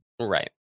Right